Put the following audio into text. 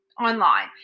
online